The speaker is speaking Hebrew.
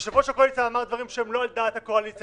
יושב-ראש הקואליציה אמר דברים שהם לא על דעת הקואליציה,